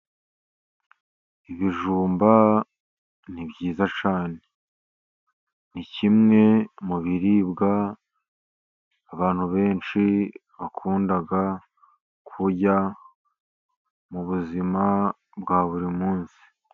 Ibijumba ni byiza cyane. Ni kimwe mu biribwa abantu benshi bakunda kurya, mu bubuzima bwa buri munsi.